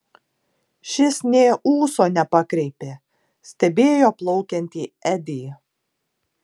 šis nė ūso nepakreipė stebėjo plaukiantį edį